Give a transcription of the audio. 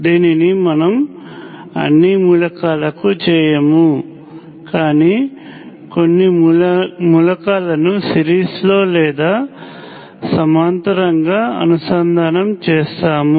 దీనిని మనం అన్నీ మూలకాలకు చేయము కానీ కొన్ని మూలకాలను సీరీస్ లో లేదా సమాంతరంగా అనుసంధానం చేస్తాము